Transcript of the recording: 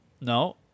No